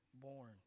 born